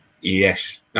Yes